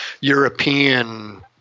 European